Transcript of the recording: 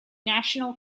national